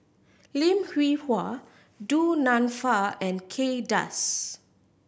Lim Hwee Hua Du Nanfa and Kay Das